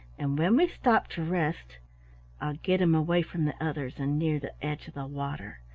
and when we stop to rest i'll get him away from the others and near the edge of the water.